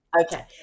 okay